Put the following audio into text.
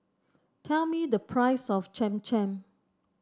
tell me the price of Cham Cham